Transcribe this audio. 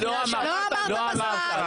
לא אמרתם בזמן.